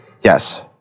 Yes